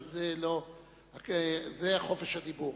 זה חופש הדיבור.